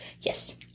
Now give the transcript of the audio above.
Yes